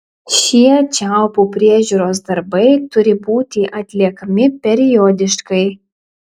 šie čiaupų priežiūros darbai turi būti atliekami periodiškai